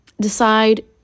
decide